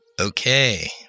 Okay